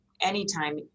anytime